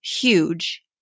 huge